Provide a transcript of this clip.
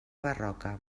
barroca